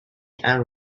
and